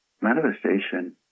Manifestation